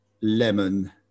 lemon